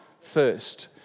first